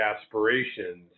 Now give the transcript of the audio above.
aspirations